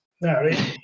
No